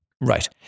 Right